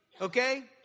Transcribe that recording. okay